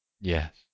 Yes